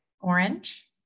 Orange